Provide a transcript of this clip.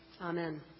amen